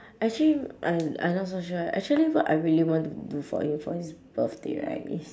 actually I I not so sure eh actually what I want to do right for you for his birthday right is